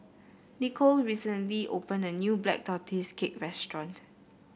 Nikole recently opened a new Black Tortoise Cake restaurant